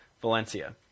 Valencia